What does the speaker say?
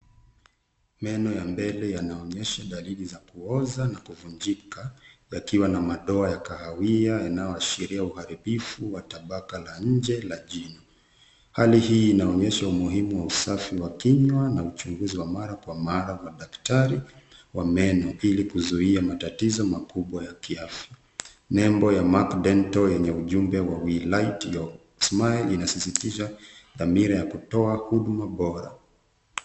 Meno ya mbele yanaonyesha dalili za kuoza na kuvunjika ,yakiwa na madoa ya kahawia inayoashiria uharibifu wa tabaka la jino hali hii inaonyesha umuhimu usafi wa kinywa na uchunguzi wa mara kwa mara kwa daktari wa meno ili kuzuia matatizo makubwa ya kiafya, nembo ya[ mac dental] yenye ujumbe[ we light your smile] inasisitiza dhamira ya kutoa huduma bora.